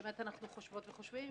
באמת אנחנו חושבות וחושבים,